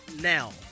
now